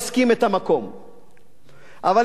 אבל יחד עם זאת אני רוצה לומר לכם